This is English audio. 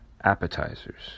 appetizers